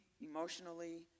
emotionally